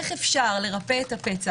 איך אפשר לרפא את הפצע,